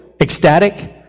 ecstatic